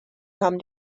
come